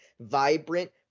vibrant